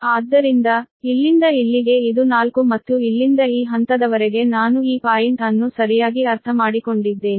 ಆದ್ದರಿಂದ ಇಲ್ಲಿಂದ ಇಲ್ಲಿಗೆ ಇದು 4 ಮತ್ತು ಇಲ್ಲಿಂದ ಈ ಹಂತದವರೆಗೆ ನಾನು ಈ ಪಾಯಿಂಟ್ ಅನ್ನು ಸರಿಯಾಗಿ ಅರ್ಥಮಾಡಿಕೊಂಡಿದ್ದೇನೆ